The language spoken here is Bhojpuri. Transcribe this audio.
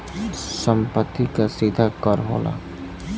सम्पति कर सीधा कर होला